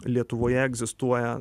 lietuvoje egzistuoja